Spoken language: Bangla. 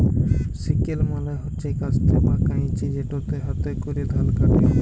সিকেল মালে হছে কাস্তে বা কাঁইচি যেটতে হাতে ক্যরে ধাল ক্যাটে